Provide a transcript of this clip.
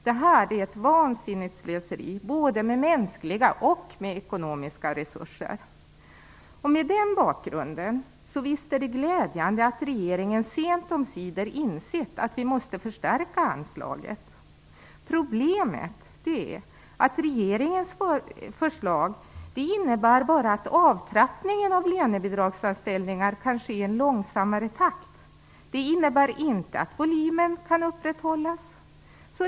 Det här är ett vansinnigt slöseri, både med mänskliga och med ekonomiska resurser. Mot den bakgrunden är det glädjande att regeringen sent omsider insett att vi måste förstärka anslaget. Problemet är att regeringens förslag bara innebär att avtrappningen av lönebidragsanställningar kan ske i en långsammare takt. Det innebär inte att volymen kan upprätthållas.